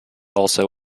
also